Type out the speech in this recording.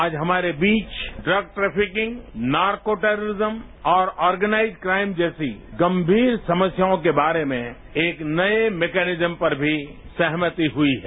आज हमारे बीच इग्स ट्रेफिकिंग नार्को टेरिरिज्म और ऑर्गेनाइज क्राइम जैसी गम्भीर समस्याओं के बारे में एक नये मेकोनिज्म पर भी सहमति हुई है